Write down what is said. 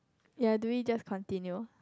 ya do it just continue